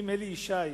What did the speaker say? ואם אלי ישי,